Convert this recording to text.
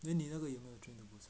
then 你那个有没有 train to busan